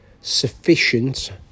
sufficient